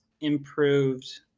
improved